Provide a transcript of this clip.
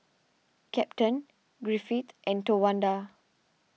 Captain Griffith and Towanda